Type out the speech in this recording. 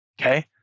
Okay